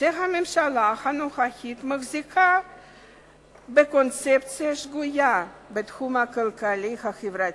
שהממשלה הנוכחית מחזיקה בקונספציה שגויה בתחום הכלכלי-חברתי,